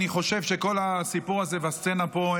אני חושב שכל הסיפור הזה והסצנה פה,